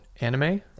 Anime